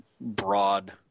broad